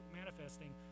manifesting